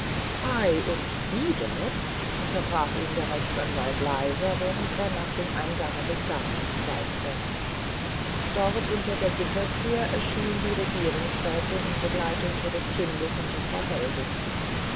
ei und die dort unterbrach ihn der rechtsanwalt leiser während er nach dem eingange des gartens zeigte dort hinter der gitterthür erschien die regierungsrätin in begleitung ihres kindes und der frau hellwig